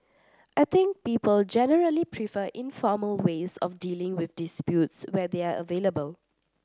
I think people generally prefer informal ways of dealing with disputes where they are available